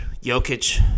Jokic